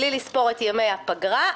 בלי לספור את ימי הפגרה,